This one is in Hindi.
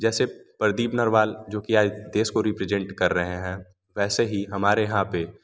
जैसे प्रदीप नरवाल जो कि आज देश को रिप्रजेंट कर रहे हैं वैसे ही हमारे यहाँ पर